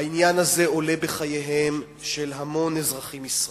העניין הזה עולה בחייהם של המון אזרחים ישראלים,